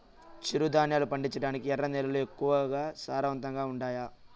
చిరుధాన్యాలు పండించటానికి ఎర్ర నేలలు ఎక్కువగా సారవంతంగా ఉండాయా